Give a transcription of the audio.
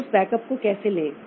तो उस बैकअप को कैसे लें